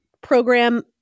program